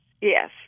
Yes